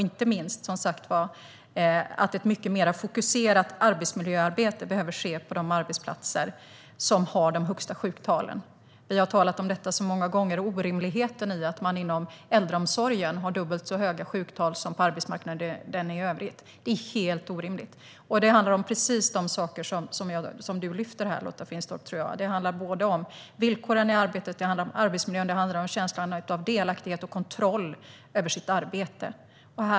Inte minst viktigt är att det sker ett arbetsmiljöarbete på de arbetsplatser som har de högsta sjuktalen. Vi har talat om detta så många gånger och om orimligheten i att man inom äldreomsorgen har dubbelt så höga sjuktal som på arbetsmarknaden i övrigt. Det är helt orimligt. Det handlar om precis de saker som du, Lotta Finstorp, lyfter fram här: om villkoren i arbetet, om arbetsmiljön och om känslan av delaktighet och kontroll över sitt arbete.